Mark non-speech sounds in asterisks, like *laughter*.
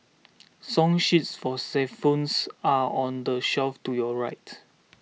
*noise* song sheets for xylophones are on the shelf to your right